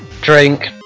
drink